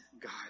God